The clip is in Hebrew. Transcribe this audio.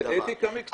זה אתיקה מקצועית.